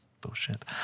bullshit